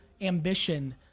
ambition